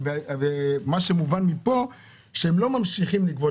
מובן מפה שהם לא ממשיכים לגבות.